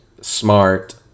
Smart